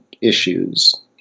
issues